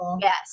yes